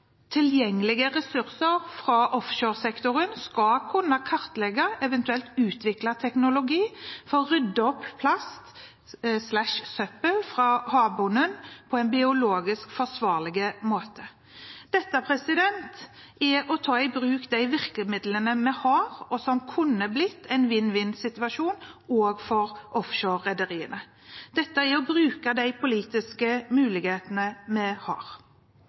tilgjengelige ressurser fra offshoresektoren skal kunne kartlegge – eventuelt utvikle – teknologi for å rydde opp plast/søppel fra havbunnen på en biologisk forsvarlig måte. Dette er å ta i bruk de virkemidlene vi har, og noe som kunne blitt en vinn-vinn-situasjon også for offshorerederiene. Dette er å bruke de politiske mulighetene vi har.